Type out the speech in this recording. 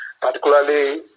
particularly